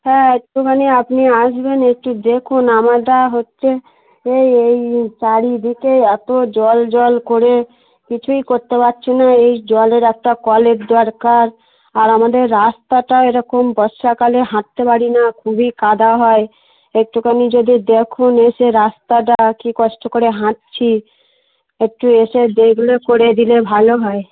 হ্যাঁ একটুখানি আপনি আসবেন একটু দেখুন আমরা হচ্ছে এই এই চারিদিকে এত জল জল করে কিছুই করতে পারছি না এই জলের একটা কলের দরকার আর আমাদের রাস্তাটা এরকম বর্ষাকালে হাঁটতে পারি না খুবই কাদা হয় একটুখানি যদি দেখুন এসে রাস্তাটা কী কষ্ট করে হাঁটছি একটু এসে এইগুলো করে দিলে ভালো হয়